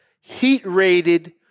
heat-rated